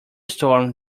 storm